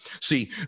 See